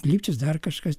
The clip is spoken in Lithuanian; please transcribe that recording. lipčius dar kažkas